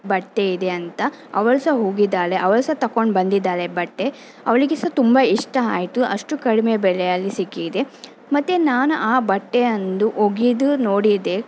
ಬಟ್ಟೆ ಇದೆ ಅಂತ ಅವಳು ಸಹ ಹೋಗಿದ್ದಾಳೆ ಅವಳು ಸಹ ತಕೊಂಡು ಬಂದಿದ್ದಾಳೆ ಬಟ್ಟೆ ಅವಳಿಗೆ ಸಹ ತುಂಬ ಇಷ್ಟ ಆಯಿತು ಅಷ್ಟು ಕಡಿಮೆ ಬೆಲೆಯಲ್ಲಿ ಸಿಕ್ಕಿದೆ ಮತ್ತು ನಾನು ಆ ಬಟ್ಟೆಯನ್ನು ಒಗೆದು ನೋಡಿದೆ